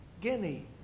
Guinea